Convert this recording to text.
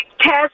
test